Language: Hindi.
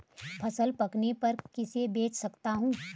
फसल पकने पर किसे बेच सकता हूँ?